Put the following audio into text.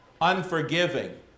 unforgiving